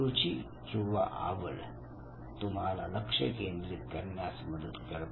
रुची किंवा आवड तुम्हाला लक्ष केंद्रित करण्यास मदत करते